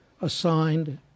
assigned